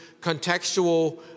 contextual